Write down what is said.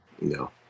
No